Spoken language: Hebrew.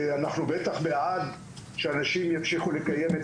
אנחנו בטח בעד שאנשים ימשיכו לקיים את